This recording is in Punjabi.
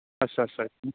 ਅੱਛਾ ਅੱਛਾ ਜੀ